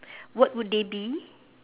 what would they be